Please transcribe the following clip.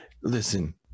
listen